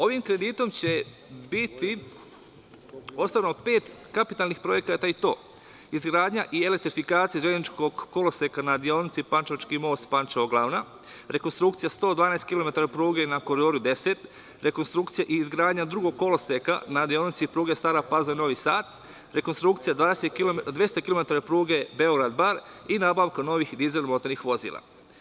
Ovim kreditom će biti ostvareno pet kapitalnih projekata i to: izgradnja i elektrifikacija železničkog koloseka na deonici Pančevački most – Pančevo – Glavna, rekonstrukcija 112 kilometara pruge na Koridoru 10, rekonstrukcija i izgradnja drugog koloseka na deonici pruge Stara Pazova – Novi Sad, rekonstrukcija 200 kilometara pruge Beograd – Bar i nabavka novih dizel motornih vozila.